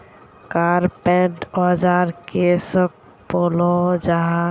Carpenter औजार किसोक बोलो जाहा?